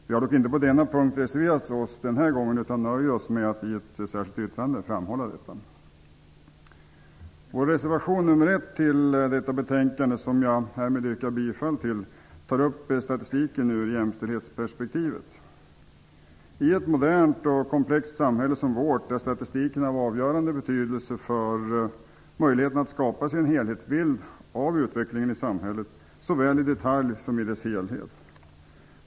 Vi har dock inte på denna punkt reserverat oss den här gången utan nöjer oss med att i ett särskilt yttrande framhålla detta. Vår reservation nr 1 till detta betänkande, som jag härmed yrkar bifall till, tar upp statistiken ur jämställdhetsperspektivet. I ett modernt och komplext samhälle som vårt är statistiken av avgörande betydelse för möjligheten att skapa sig en helhetsbild av utvecklingen i samhället, såväl i detalj som i dess helhet.